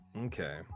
Okay